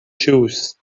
shoes